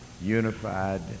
unified